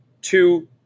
two